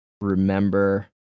remember